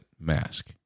mask